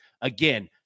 again